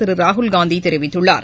திருராகுல்காந்திதெரிவித்துள்ளார்